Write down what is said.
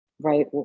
right